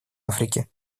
африки